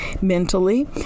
mentally